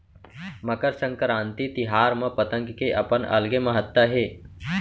मकर संकरांति तिहार म पतंग के अपन अलगे महत्ता हे